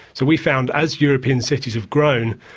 so we found as european cities have grown,